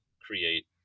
create